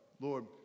Lord